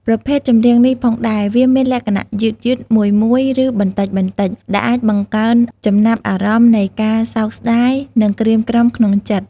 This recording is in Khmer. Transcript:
ប្រភេទចម្រៀងនេះផងដែរវាមានលក្ខណៈយឺតៗ មួយៗឬបន្ដិចៗ ដែលអាចបង្កើនចំណាប់អារម្មណ៍នៃការសោកស្តាយ និងក្រៀមក្រំក្នុងចិត្ត។